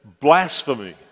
blasphemy